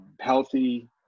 healthy